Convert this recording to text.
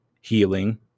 healing